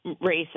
race